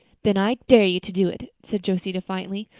then i dare you to do it, said josie defiantly.